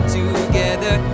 together